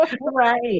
right